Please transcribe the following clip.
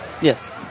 Yes